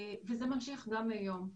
זה ממשיך גם היום.